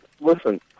Listen